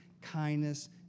kindness